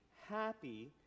happy